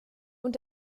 und